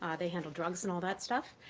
ah they handle drugs and all that stuff.